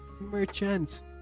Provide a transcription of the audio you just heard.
merchants